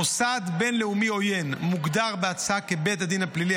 מוסד בין-לאומי עוין מוגדר בהצעה כבית הדין הפלילי